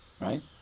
right